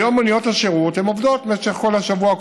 היום מוניות השירות עובדות במשך כל השבוע,